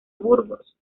burgos